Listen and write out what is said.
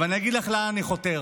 אבל אני אגיד לך לאן אני חותר,